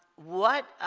what